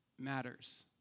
matters